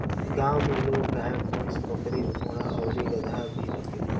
गांव में लोग गाय, भइस, बकरी, घोड़ा आउर गदहा भी रखेला